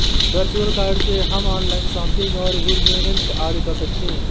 virtual card से हम online shopping और बिल पेमेंट आदि कर सकते है